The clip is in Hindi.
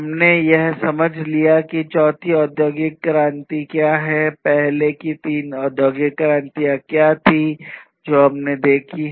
हमने यह समझ लिया है कि चौथी औद्योगिक क्रांति क्या है पहले की तीन औद्योगिक क्रांतियां क्या थी जो हमने देखी हैं